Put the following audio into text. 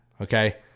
Okay